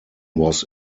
was